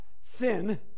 sin